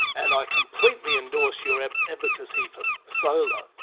and i completely endorse your ah advocacy for solar,